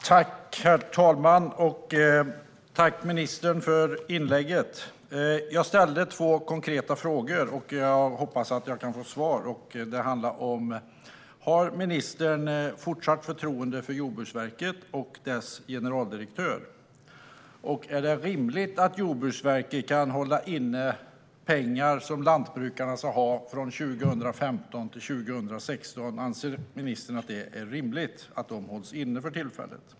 Herr ålderspresident! Tack, ministern, för inlägget! Jag ställde två konkreta frågor, och jag hoppas att jag kan få svar. Har ministern fortsatt förtroende för Jordbruksverket och dess generaldirektör, och är det rimligt att Jordbruksverket kan hålla inne pengar från 2015-2016 som lantbrukarna ska ha? Anser ministern att det är rimligt att de hålls inne för tillfället?